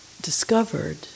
discovered